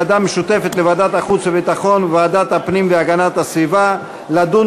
לוועדת החוץ והביטחון וועדת הפנים והגנת הסביבה לדון